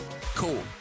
Cool